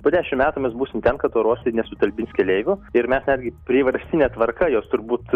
po dešimt metų mes būsim ten kad oro uostai nesutalpins keleivių ir mes netgi priverstine tvarka juos turbūt